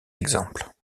exemples